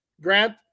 Grant